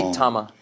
tama